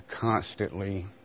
constantly